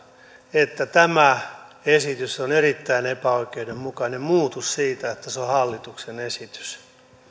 että tämä esitys on erittäin epäoikeudenmukainen muutu siitä että se on hallituksen esitys